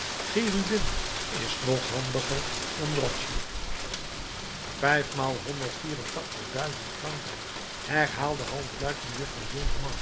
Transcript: cherubin is nog handiger dan rothschild vijfmaal honderd vier en tachtig duizend franken herhaalde halfluid mejuffrouw